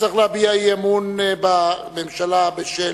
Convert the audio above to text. שצריך להביע אי-אמון בממשלה בשל: